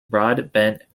broadbent